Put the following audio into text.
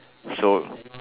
so